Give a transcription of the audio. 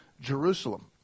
Jerusalem